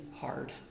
hard